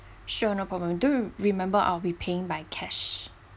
sure no problem do remember I'll be paying by cash